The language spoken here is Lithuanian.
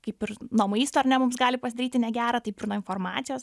kaip ir nuo maisto ar ne mums gali pasidaryti negera taip ir nuo informacijos